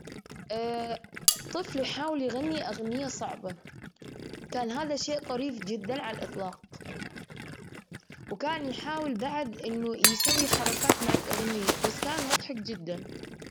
الزوجين كبار، ما شاء الله عليهم، ماسكين إيدين بعض بالمستشفى. وكان في واحد ماسك إيد وحدة عالبحر، وكان هذي لحظة رومانسية جميلة جدا، ما أقدر أنساها. كانت لحظة معبرة ومليئة بالرومانسية والحب.